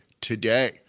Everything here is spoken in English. today